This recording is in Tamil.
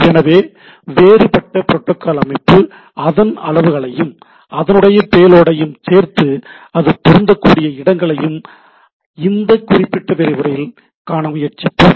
எனவே வேறுபட்ட ப்ரோட்டோகால் அமைப்பு அதன் அளவுகளையும் அதனுடைய பேலோடையும் சேர்த்து அது பொருந்தக்கூடிய இடங்களையும் இந்த குறிப்பிட்ட விரிவுரையில் காண முயற்சிப்போம்